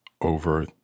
over